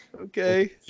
Okay